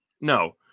No